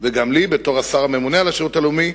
וגם לי, בתור השר הממונה על השירות הלאומי,